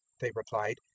they replied,